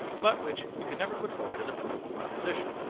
but which we could never put forward as a provable proposition.